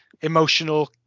emotional